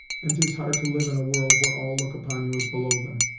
and tis hard to live in a world where all look upon you as below them.